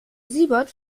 siebert